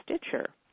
Stitcher